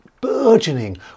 burgeoning